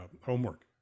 homework